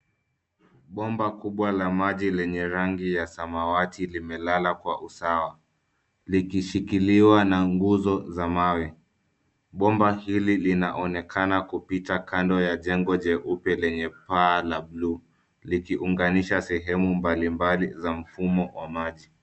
Bomba kubwa la maji lenye rangi ya samawati limelala kwa usawa likishikiliwa na nguzo za mawe. Bomba hili linaonekana kupita kando ya jengo jeupe lenye paa la bluu likiunganisha sehemu mbalimbali za mfumo wa maji.